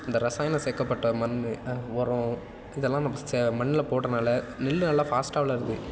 அந்த ரசாயனம் சேக்கப்பட்ட மண் உரம் இதெல்லாம் நம்ம மண்ணில் போடுகிறதுனால நெல் நல்லா ஃபாஸ்ட்டாக வளருது